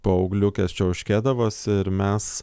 paaugliukės čiauškėdavosi ir mes